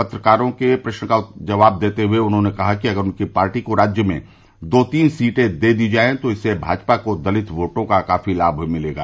पत्रकारों के प्रश्न का जवाब देते हुये उन्होंने कहा कि अगर उनकी पार्टी को राज्य में दो तीन सीटें दे दी जायें तो इससे भाजपा को दलित वोटों का काफी लाभ मिलेगा